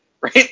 right